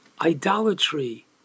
idolatry